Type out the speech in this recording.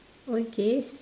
okay